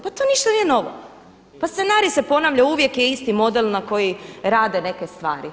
Pa to ništa nije novo, pa scenarij se ponavlja, uvijek je isti model na koji rade neke stvari.